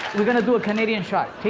we're going to do a canadian shot. take